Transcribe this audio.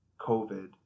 COVID